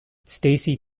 stacey